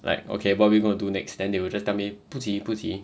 like okay what we gonna do next then they will just tell me 不急不急